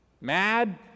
mad